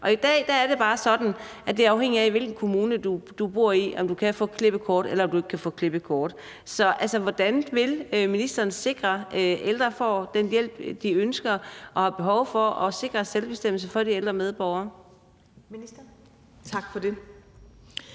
Og i dag er det bare sådan, at det er afhængigt af, hvilken kommune du bor i, om du kan få et klippekort eller du ikke kan få et klippekort. Så hvordan vil ministeren sikre, at ældre får den hjælp, de ønsker og har behov for, og sikre selvbestemmelse for de ældre medborgere?